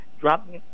drop